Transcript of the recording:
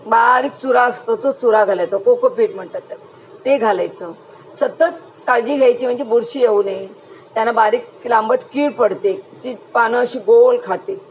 बारीक चुरा असतो तो चुरा घालायचं कोकोपीट म्हणतात त्याला ते घालायचं सतत काळजी घ्यायची म्हणजे बुर्शी येऊ नाही त्याना बारीक लांबट कीड पडते ती पानं अशी गोल खाते